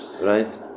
right